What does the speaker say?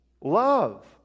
love